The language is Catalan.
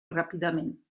ràpidament